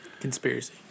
Conspiracy